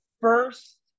first